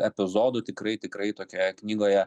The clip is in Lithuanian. epizodų tikrai tikrai tokioje knygoje